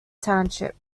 township